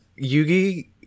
Yugi